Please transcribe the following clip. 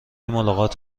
ملاقات